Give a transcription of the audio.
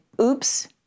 oops